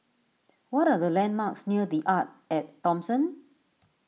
what are the landmarks near the Arte at Thomson